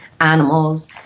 animals